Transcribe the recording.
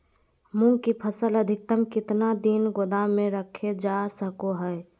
मूंग की फसल अधिकतम कितना दिन गोदाम में रखे जा सको हय?